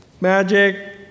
magic